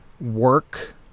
work